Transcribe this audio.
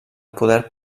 poder